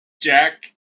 Jack